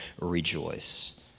rejoice